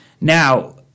Now